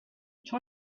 ciò